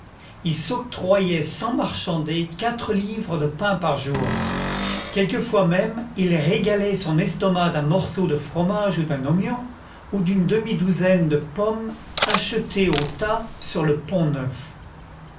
il s'octroyait sans marchander quatre livres de pain par jour quelquefois même il régalait son estomac d'un morceau de fromage ou d'un oignon ou d'une demi-douzaine de pommes achetées au tas sur le pont neuf